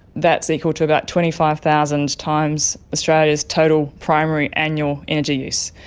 that's equal to about twenty five thousand times australia's total primary annual energy use.